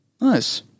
nice